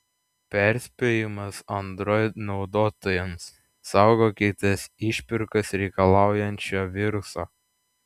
perspėjimas android naudotojams saugokitės išpirkos reikalaujančio viruso